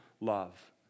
love